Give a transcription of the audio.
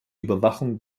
überwachung